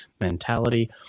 mentality